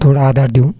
थोडा आधार देऊन